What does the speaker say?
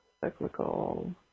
cyclical